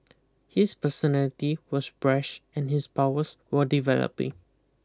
his personality was brash and his powers were developing